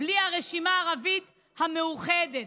בלי הרשימה הערבית המאוחדת.